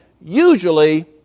Usually